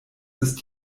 ist